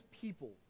people